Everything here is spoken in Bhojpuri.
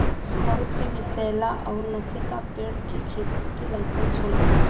बहुत सी विसैला अउर नसे का पेड़ के खेती के लाइसेंस होला